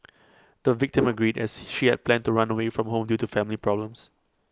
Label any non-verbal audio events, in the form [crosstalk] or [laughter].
the victim [noise] agreed as she had planned to run away from home due to family problems